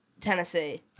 Tennessee